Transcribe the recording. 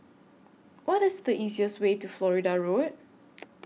What IS The easiest Way to Florida Road